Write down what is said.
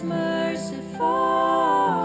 merciful